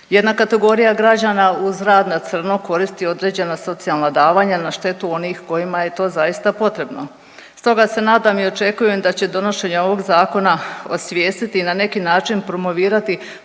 Jedna kategorija građana uz rad na crno, koristi određena socijalna davanja na štetu onih kojima je to zaista potrebno. Stoga se nadam i očekujem da će donošenje ovog Zakona osvijestiti i na neki način promovirati